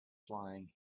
flying